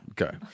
Okay